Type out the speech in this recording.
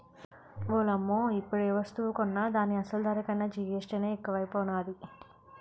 ఓలమ్మో ఇప్పుడేవస్తువు కొన్నా దాని అసలు ధర కన్నా జీఎస్టీ నే ఎక్కువైపోనాది